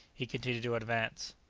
he continued to advance.